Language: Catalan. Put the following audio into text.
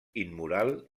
immoral